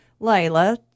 Layla